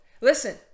Listen